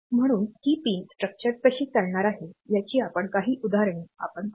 म्हणून ही pin structure कशी चालणार आहे याची आपण काही उदाहरणे आपण पाहूया